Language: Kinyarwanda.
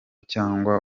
cyangwa